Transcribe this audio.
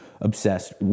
obsessed